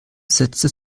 setzte